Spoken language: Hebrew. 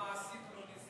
מעשית, לא נסגר.